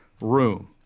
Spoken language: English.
room